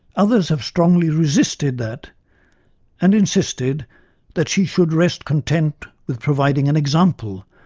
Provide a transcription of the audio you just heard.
others have strongly resisted that and insisted that she should rest content with providing an example,